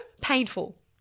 painful